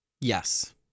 Yes